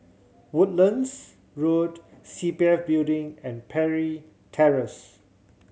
Woodlands Road C P F Building and Parry Terrace